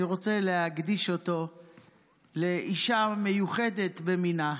אני רוצה להקדיש אותו לאישה מיוחדת במינה,